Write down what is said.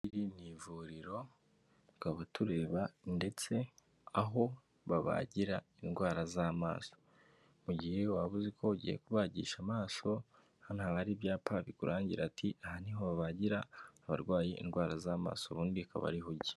Iringiri ni ivuriro wabasanga turareba ndetse aho babagira indwara z'amaso mu gihe waba uzi ko ugiye kubagisha amaso hano hari ari ibyapa bikurangira ati aha nihobagira abarwaye indwara z'amaso ubundi ikaba ari ujye.